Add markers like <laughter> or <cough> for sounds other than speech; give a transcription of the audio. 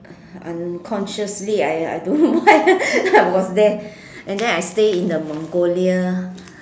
unconsciously I I don't know <laughs> why I was there and then I stay in the Mongolia